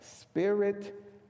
spirit